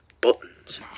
buttons